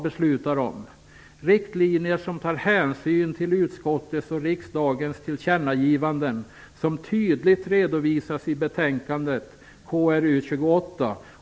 Det skall vara riktlinjer som tar hänsyn till utskottets och riksdagens tillkännagivanden. Dessa redovisas tydligt i betänkandet KrU28.